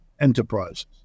enterprises